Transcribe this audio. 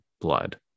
blood